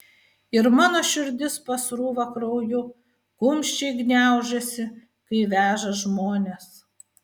ir mano širdis pasrūva krauju kumščiai gniaužiasi kai veža žmones